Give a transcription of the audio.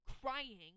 crying